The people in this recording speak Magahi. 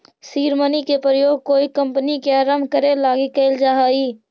सीड मनी के प्रयोग कोई कंपनी के आरंभ करे लगी कैल जा हई